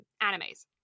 animes